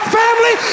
family